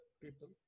people